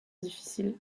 difficile